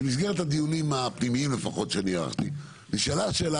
שבמסגרת הדיונים הפנימיים לפחות שאני ערכתי נשאלה השאלה